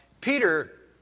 Peter